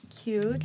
Cute